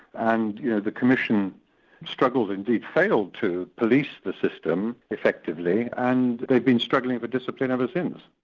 and you know the commission struggled, indeed failed to police the system effectively and they've been struggling for discipline ever since.